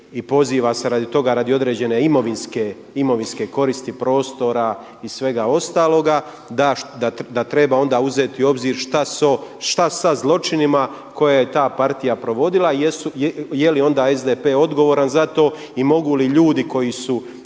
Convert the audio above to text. i poziva se radi toga radi određene imovinske koristi, prostora i svega ostaloga da treba onda uzeti u obzir što sa zločinima koje je ta partija provodila i je li onda SDP odgovoran za to i mogu li ljudi koji su